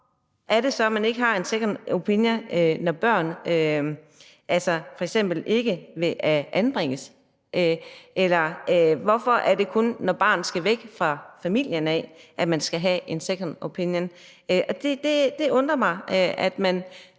Hvorfor er det så, at man ikke skal have en second opinion, når børn f.eks. ikke vil anbringes? Eller hvorfor er det kun, når barnet skal væk fra familien, at man skal have en second opinion? Det undrer mig,